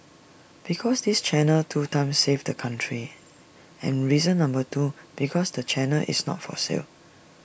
because this channel two times saved the country and reason number two because the channel is not for sale